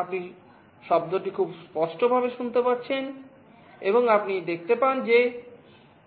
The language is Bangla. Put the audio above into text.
আপনি শব্দটি খুব স্পষ্টভাবে শুনতে পাচ্ছেন এবং আপনি দেখতে পান যে